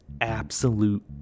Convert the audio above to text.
absolute